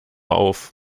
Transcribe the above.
auf